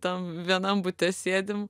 tam vienam bute sėdim